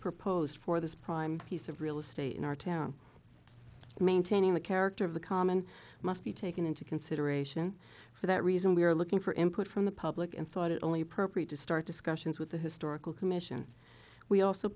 proposed for this prime piece of real estate in our town maintaining the character of the common must be taken into consideration for that reason we are looking for input from the public and thought it only appropriate to start discussions with the historical commission we also